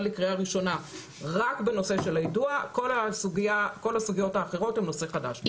בקריאה ראשונה רק בנושא של היידוע וכל הסוגיות האחרות הן נושא חדש.